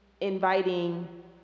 inviting